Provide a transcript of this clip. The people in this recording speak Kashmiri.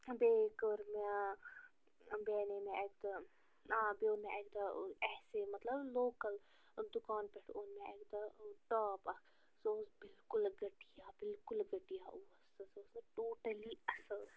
بیٚیہِ کٔر مےٚ بیٚیہِ اَنے مےٚ اَکہِ دۄہ آ بیٚیہِ اوٚن مےٚ اَکہِ دۄہ ایسے مطلب لوکل دُکان پٮ۪ٹھ اوٚن مےٚ اَکہِ دۄہ ٹاپ اکھ سُہ اوس بلکُل گٹیا بلکُل گٹیا اوس سُہ سُہ اوس نہٕ ٹوٹلی اصٕل